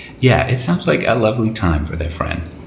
yeah, it sounds like a lovely time for their friend